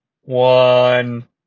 one